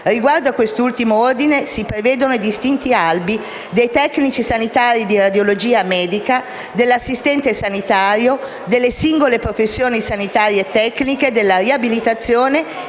Riguardo a quest'ultimo ordine, si prevedono i distinti albi dei tecnici sanitari di radiologia medica, dell'assistente sanitario, delle singole professioni sanitarie tecniche, della riabilitazione e della prevenzione